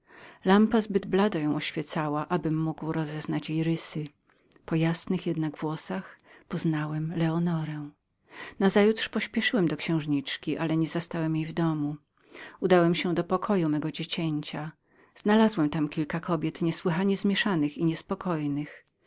lampa blado ją oświecała niemogłem rozpoznać rysów po jasnych jednak włosach poznałem leonorę nazajutrz pośpieszyłem do księżniczki ale nie zastałem jej w domu udałem się do pokoju mego dziecięcia znalazłem tam kilka kobiet niesłychanie zmieszanych i niespokojnych